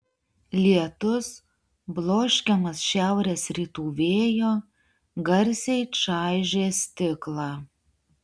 lietus bloškiamas šiaurės rytų vėjo garsiai čaižė stiklą